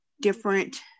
different